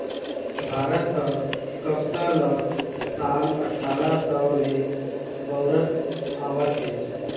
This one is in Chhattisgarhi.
भारत ह कपसा ल साल अठारा सव ले बउरत आवत हे